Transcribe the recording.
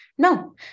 No